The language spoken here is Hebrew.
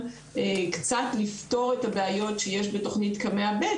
קצת לפתור את הבעיות שיש בתכנית קמ"ע ב',